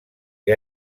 que